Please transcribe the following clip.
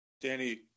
Danny